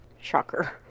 Shocker